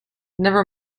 never